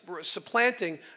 supplanting